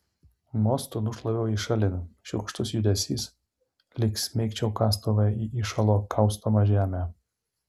mostu nušlaviau jį šalin šiurkštus judesys lyg smeigčiau kastuvą į įšalo kaustomą žemę